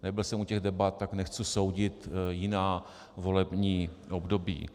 Nebyl jsem u těch debat, tak nechci soudit jiná volební období.